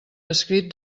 escrit